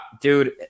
Dude